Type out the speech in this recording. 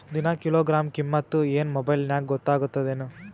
ದಿನಾ ಕಿಲೋಗ್ರಾಂ ಕಿಮ್ಮತ್ ಏನ್ ಮೊಬೈಲ್ ನ್ಯಾಗ ಗೊತ್ತಾಗತ್ತದೇನು?